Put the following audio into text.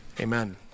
Amen